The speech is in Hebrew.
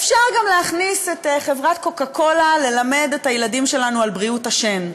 אפשר גם להכניס את חברת קוקה קולה ללמד את הילדים שלנו על בריאות השן.